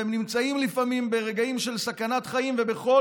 והם נמצאים לפעמים ברגעים של סכנת חיים ובכל